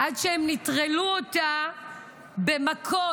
עד שהם נטרלו אותה במכות,